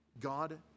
God